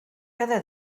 cada